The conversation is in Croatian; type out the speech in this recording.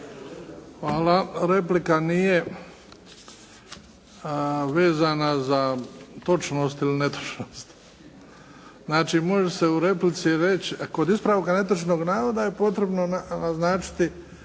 Hvala. Replika nije vezana za točnost ili netočnost. Znači može se u replici reći, kod ispravka netočnog navoda je potrebno naznačiti